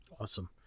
Awesome